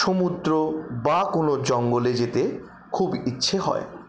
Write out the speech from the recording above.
সমুদ্র বা কোনো জঙ্গলে যেতে খুব ইচ্ছে হয়